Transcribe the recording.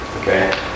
Okay